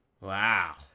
Wow